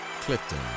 Clifton